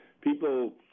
people